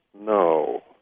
no